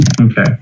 Okay